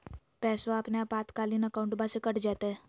पैस्वा अपने आपातकालीन अकाउंटबा से कट जयते?